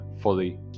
fully